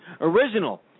original